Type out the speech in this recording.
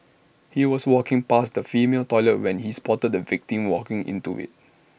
he was walking past the female toilet when he spotted the victim walking into IT